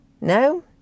No